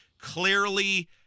Clearly